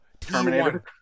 Terminator